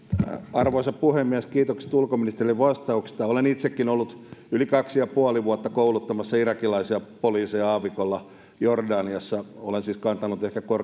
arvoisa puhemies kiitokset ulkoministerille vastauksesta olen itsekin ollut yli kaksi ja puoli vuotta kouluttamassa irakilaisia poliiseja aavikolla jordaniassa olen siis kantanut ehkä